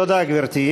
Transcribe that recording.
תודה, גברתי.